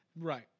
Right